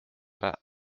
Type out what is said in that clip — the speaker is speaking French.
pas